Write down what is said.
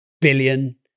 billion